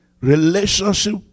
relationship